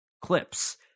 clips